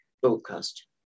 broadcast